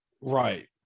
Right